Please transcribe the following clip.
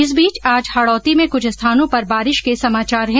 इस बीच आज हाड़ौती में कुछ स्थानों पर बारिश के समाचार हैं